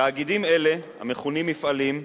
תאגידים אלה, המכונים "מפעלים"